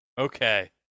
Okay